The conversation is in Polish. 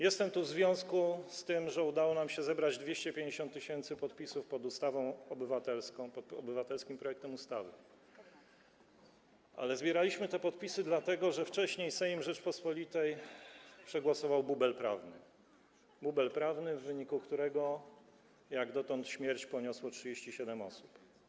Jestem tu w związku z tym, że udało nam się zebrać 250 tys. podpisów pod obywatelskim projektem ustawy, ale zbieraliśmy te podpisy dlatego, że wcześniej Sejm Rzeczypospolitej przegłosował bubel prawny, w wyniku którego jak dotąd śmierć poniosło 37 osób.